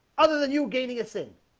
other than you gaining a thing